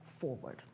Forward